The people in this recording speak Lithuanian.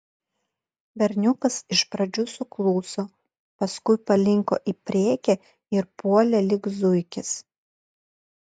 berniukas iš pradžių sukluso paskui palinko į priekį ir puolė lyg zuikis